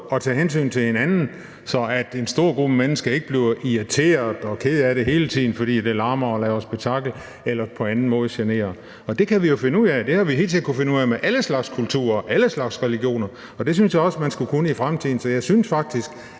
at tage hensyn til hinanden, så en stor gruppe mennesker ikke bliver irriterede og kede af det hele tiden, fordi det larmer og laver spektakel eller på anden måde generer. Det kan vi jo finde ud af. Det har vi hele tiden kunnet finde ud af med alle slags kulturer og alle slags religioner, og det synes jeg også man skal kunne i fremtiden. Så jeg synes faktisk,